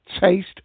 Taste